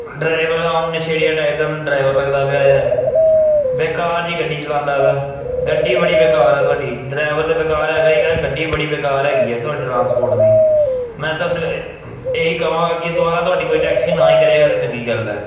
driver ਉਹਨ ਨਛੇੜੀ ਜਿਹੇ ਟਾਈਪ ਦਾ ਮੈਨੂੰ ਡਰਾਈਵਰ ਲੱਗਦਾ ਪਿਆ ਆ ਬੇਕਾਰ ਜੀ ਗੱਡੀ ਚਲਾਉਂਦਾ ਵਾ ਗੱਡੀ ਬੜੀ ਬੇਕਾਰ ਆ ਤੁਹਾਡੀ ਡਰਾਈਵਰ ਤਾਂ ਬੇਕਾਰ ਹੈਗਾ ਹੀ ਹੈਗਾ ਗੱਡੀ ਬੜੀ ਬੇਕਾਰ ਹੈਗੀ ਆ ਤੁਹਾਡੇ ਟਰਾਂਸਪੋਰਟ ਦੀ ਮੈਂ ਤੁਹਾਨੂੰ ਏ ਇਹ ਹੀ ਕਹਾਂਗਾ ਕਿ ਦੁਬਾਰਾ ਤੁਹਾਡੀ ਕੋਈ ਟੈਕਸੀ ਨਾ ਹੀ ਕਰੇਗਾ ਤਾਂ ਚੰਗੀ ਗੱਲ ਹੈ